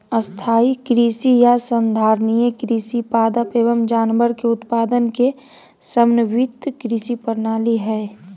स्थाई कृषि या संधारणीय कृषि पादप एवम जानवर के उत्पादन के समन्वित कृषि प्रणाली हई